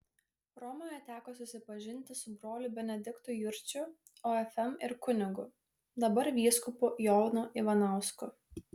romoje teko susipažinti su broliu benediktu jurčiu ofm ir kunigu dabar vyskupu jonu ivanausku